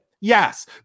Yes